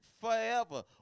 forever